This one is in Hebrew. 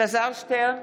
אלעזר שטרן,